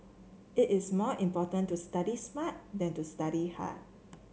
it is more important to study smart than to study hard